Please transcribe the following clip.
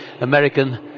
American